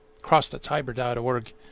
CrossTheTiber.org